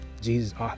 Jesus